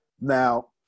Now